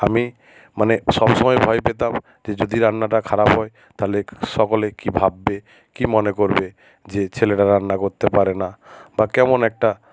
আমি মানে সবসময়ে ভয় পেতাম যে যদি রান্নাটা খারাপ হয় তাহলে সকলে কি ভাববে কি মনে করবে যে ছেলেটা রান্না করতে পারে না বা কেমন একটা